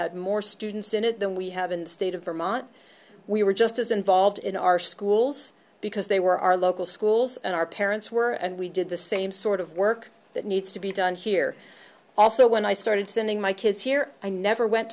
had more students in it than we have in the state of vermont we were just as involved in our schools because they were our local schools and our parents were and we did the same sort of work that needs to be done here also when i started sending my kids here i never went